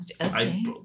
okay